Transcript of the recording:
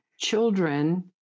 children